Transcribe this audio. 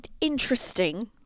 interesting